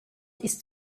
ist